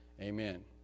Amen